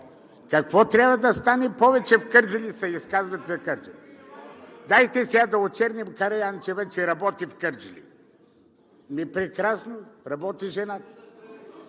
Какво трябва да стане повече в Кърджали, че се изказвате за Кърджали? Дайте сега да очерним Караянчева, че работи в Кърджали. Ами прекрасно – работи жената!